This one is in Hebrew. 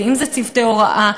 אם צוותי הוראה.